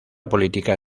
política